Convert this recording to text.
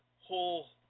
whole